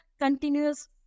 continuous